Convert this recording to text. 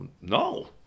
No